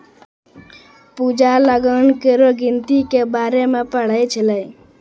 पूजा लगान केरो गिनती के बारे मे पढ़ै छलै